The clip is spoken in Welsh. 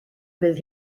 bydd